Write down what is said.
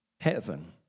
heaven